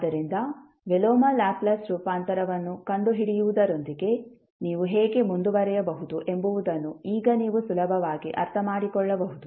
ಆದ್ದರಿಂದ ವಿಲೋಮ ಲ್ಯಾಪ್ಲೇಸ್ ರೂಪಾಂತರವನ್ನು ಕಂಡುಹಿಡಿಯುವುದರೊಂದಿಗೆ ನೀವು ಹೇಗೆ ಮುಂದುವರಿಯಬಹುದು ಎಂಬುದನ್ನು ಈಗ ನೀವು ಸುಲಭವಾಗಿ ಅರ್ಥಮಾಡಿಕೊಳ್ಳಬಹುದು